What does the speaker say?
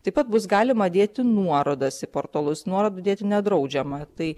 taip pat bus galima dėti nuorodas į portalus nuorodų dėti nedraudžiama tai